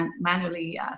manually